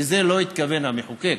לא לזה התכוון המחוקק.